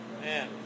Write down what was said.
Man